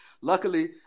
Luckily